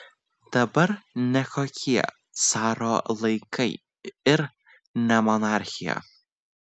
dabar ne kokie caro laikai ir ne monarchija